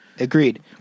Agreed